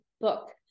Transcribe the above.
book